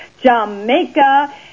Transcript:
Jamaica